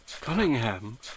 Cunningham